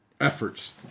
efforts